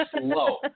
slow